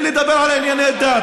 אם לדבר על ענייני דת,